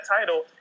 title